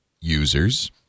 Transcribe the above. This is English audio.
users